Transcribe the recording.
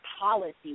policy